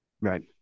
Right